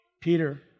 Peter